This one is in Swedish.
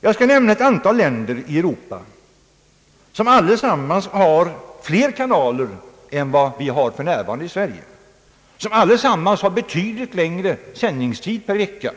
Jag skall nämna ett antal länder i Europa som alla har fler kanaler än vad vi har för närvarande i Sverige, som alla har betydligt längre sändningstid per vecka